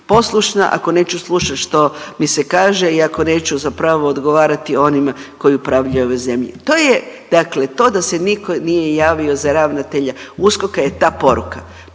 poslušna, ako neću slušati što mi se kaže i ako neću zapravo odgovarati onima koji upravljaju u ovoj zemlji. To je dakle to da se niko nije javio za ravnatelja USKOK-a je ta poruka.